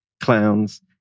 clowns